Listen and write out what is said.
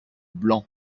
blanc